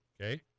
okay